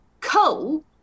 Coal